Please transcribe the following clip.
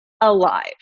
alive